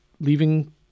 leaving